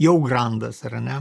jau grandas ar ne